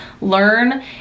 learn